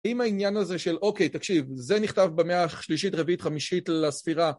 עם העניין הזה של, אוקיי, תקשיב, זה נכתב במאה השלישית, רביעית, חמישית לספירה.